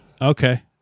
Okay